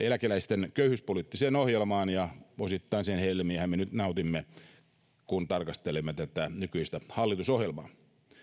eläkeläisten köyhyyspoliittiseen ohjelmaan ja osittain sen helmiähän me nyt nautimme kun tarkastelemme tätä nykyistä hallitusohjelmaa